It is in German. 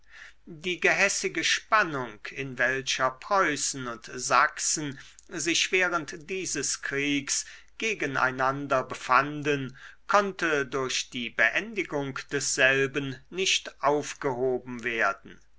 die gehässige spannung in welcher preußen und sachsen sich während dieses kriegs gegen einander befanden konnte durch die beendigung desselben nicht aufgehoben werden